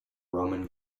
roman